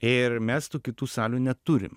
ir mes tų kitų salių neturim